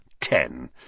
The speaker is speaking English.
ten